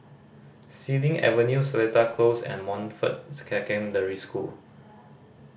Xilin Avenue Seletar Close and Montfort Secondary School